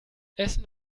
essen